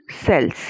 cells